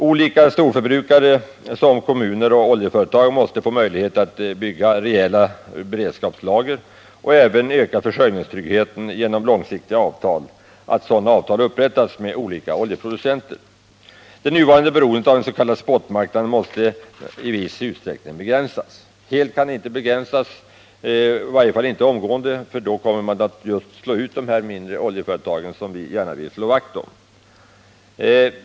Olika storförbrukare, såsom kommuner och oljeföretag, måste få möjlighet att bygga upp rejäla beredskapslager och även öka försörjningstryggheten genom att långsiktiga avtal upprättas med olika oljeproducenter. Det nuvarande beroendet av den s.k. spotmarknaden måste i viss utsträckning begränsas. Helt kan det inte elimineras — i varje fall inte omgående — eftersom man då kommer att slå ut de mindre oljeföretagen, som vi gärna vill slå vakt om.